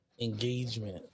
engagement